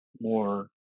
more